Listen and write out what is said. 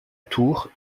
tour